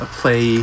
play